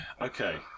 Okay